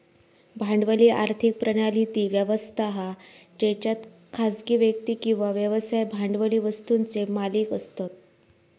भांडवली आर्थिक प्रणाली ती व्यवस्था हा जेच्यात खासगी व्यक्ती किंवा व्यवसाय भांडवली वस्तुंचे मालिक असतत